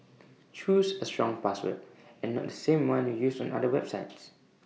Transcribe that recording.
choose A strong password and not the same one you use on other websites